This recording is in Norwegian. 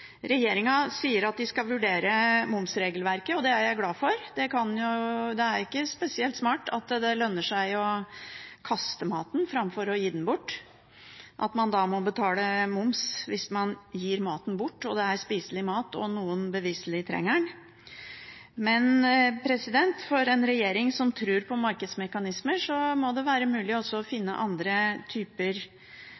sier at de skal vurdere momsregelverket, og det er jeg glad for. Det er ikke spesielt smart at det lønner seg å kaste maten framfor å gi den bort, fordi man må betale moms hvis man gir bort spiselig mat – også til noen som beviselig trenger den. Men for en regjering som tror på markedsmekanismer, må det være mulig også å finne andre